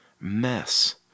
mess